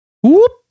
whoop